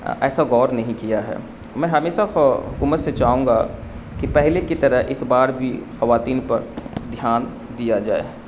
ایسا غور نہیں کیا ہے میں ہمیشہ حکومت سے چاہوں گا کہ پہلے کی طرح اس بار بھی خواتین پر دھیان دیا جائے